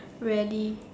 rarely